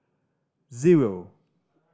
zero